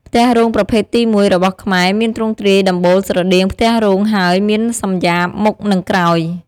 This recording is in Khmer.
ផ្ទះរោងប្រភេទទី១របស់ខ្មែរមានទ្រង់ទ្រាយដំបូលស្រដៀងផ្ទះរោងហើយមានតសំយាបមុខនិងក្រោយ។